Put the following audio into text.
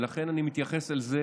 ולכן אני מתייחס לזה,